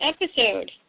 episode